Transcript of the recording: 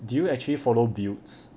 did you actually follow builds